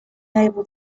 able